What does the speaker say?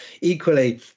equally